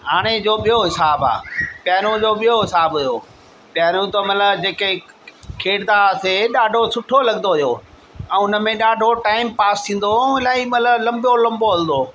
हाणे जो ॿियो हिसाबु आहे पहिरियों जो ॿियो हिसाबु हुओ पहिरियों त मतलबु जेके खेॾंदा हुआसीं ॾाढो सुठो लॻंदो हुओ ऐं हुन में ॾाढो टाईम पास थींदो हुओ हुन ई महिल लंबो लंबो हलंदो हुओ